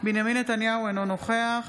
בנימין נתניהו, אינו נוכח